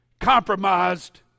compromised